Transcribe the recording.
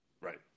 Right